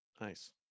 Nice